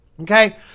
Okay